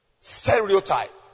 stereotype